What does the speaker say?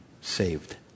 saved